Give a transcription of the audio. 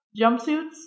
jumpsuits